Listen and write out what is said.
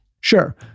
Sure